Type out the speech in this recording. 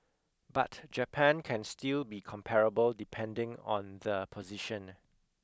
but Japan can still be comparable depending on the position